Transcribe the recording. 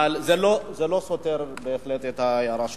אבל זה לא סותר בהחלט את ההערה שלך.